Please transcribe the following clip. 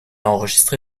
enregistré